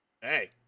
Hey